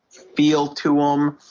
feel to him